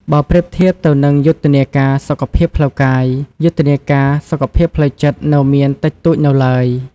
បើប្រៀបធៀបទៅនឹងយុទ្ធនាការសុខភាពផ្លូវកាយ យុទ្ធនាការសុខភាពផ្លូវចិត្តនៅមានតិចតួចនៅឡើយ។